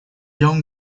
young